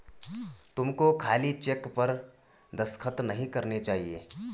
तुमको खाली चेक पर दस्तखत नहीं करने चाहिए